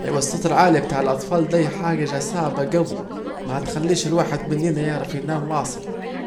ايوه الصوت العالي بتاع الاطفال ديه حاجة صعبة جوي متخليش الواحد منينا يعرف ينام واصل